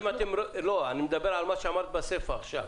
אני מדבר על מה שאמרת עכשיו בסיפה.